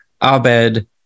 Abed